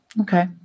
Okay